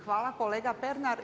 Hvala kolega Pernar.